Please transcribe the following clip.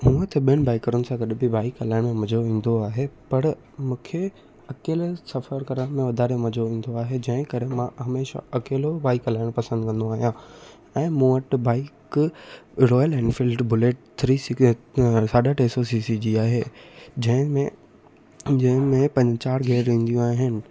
हूंअं त ॿिनि बाइकरुनि सां गॾ बि बाइक हलाइण में मज़ो ईंदो आहे पर मूंखे अकेले सफ़र करण में वाधारे मज़ो ईंदो आहे जंहिं करे मां हमेशा अकेलो बाइक हलाइण पसंदि कंदो आहियां ऐं मूं वटि bike Royal Enfield Bullet three सिग साढा टे सौ सी सी जी आहे जंहिंमें जंहिंमें पंज चारि गियर ईंदियूं आहिनि